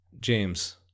James